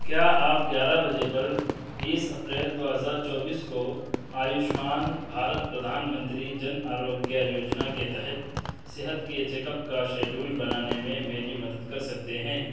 کیا آپ گیارہ بجے پر بیس اپریل دو ہزار چوبیس کو آیوشمان بھارت پردھان منتری جن آروگیہ یوجنا کے تحت صحت کے چیک اپ کا شیڈیول بنانے میں میری مدد کر سکتے ہیں